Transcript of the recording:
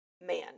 man